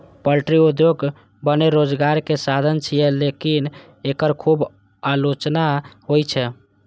poultry उद्योग भने रोजगारक साधन छियै, लेकिन एकर खूब आलोचना होइ छै